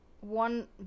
one